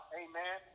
amen